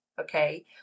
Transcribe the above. okay